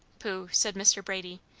pooh, said mr. brady,